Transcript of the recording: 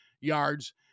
yards